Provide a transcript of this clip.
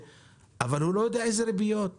אבל איפה השינוי בדברים